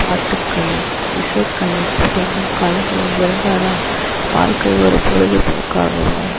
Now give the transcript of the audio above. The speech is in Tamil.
பாட்டுக்கலை இசைக்கலை அப்படின்னு கலைகள் இருந்தால் தான் வாழ்க்கை ஒரு பொழுதுபோக்காகவும்